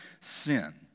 sin